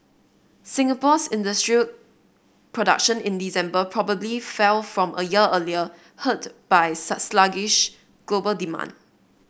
Singapore's industrial production in December probably fell from a year earlier hurt by sluggish global demand